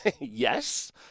Yes